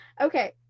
okay